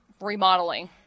remodeling